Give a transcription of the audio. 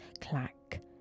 Clack